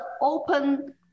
open